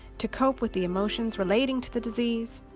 to cope with the emotions relating to the disease.